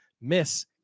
Miss